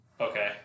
Okay